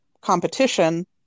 competition